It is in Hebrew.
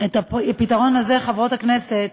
חברות הכנסת,